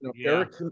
Eric